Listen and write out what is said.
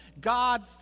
God